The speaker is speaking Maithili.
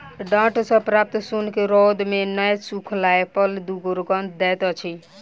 डांट सॅ प्राप्त सोन के रौद मे नै सुखयला पर दुरगंध दैत अछि